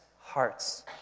hearts